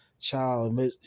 Child